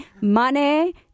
money